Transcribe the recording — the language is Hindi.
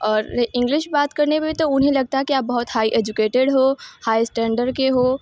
और इंग्लिश में बात करने पर तो उन्हें लगता है कि आप बहुत हाई एजुकेटेड हो हाई इस्टैंडर के हो